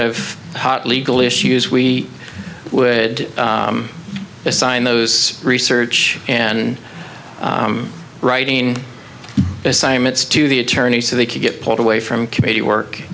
of hot legal issues we would assign those research and writing assignments to the attorney so they could get pulled away from